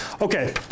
Okay